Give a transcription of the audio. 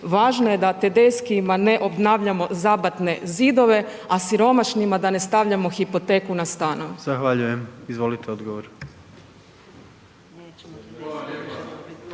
važno je da Tedescijima ne obnavljamo zabatne zidove, a siromašnima da ne stavljamo hipoteku na stanove.